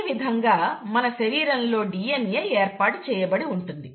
ఈ విధంగా మన శరీరంలో DNA ఏర్పాటు చేయబడి ఉంటుంది